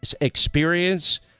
experience